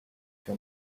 your